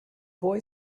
boy